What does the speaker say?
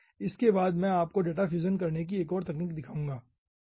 उसके बाद मैं आपको डेटा फ्यूज़न करने की एक तकनीक दिखाऊंगा ठीक है